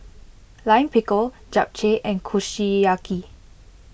Lime Pickle Japchae and Kushiyaki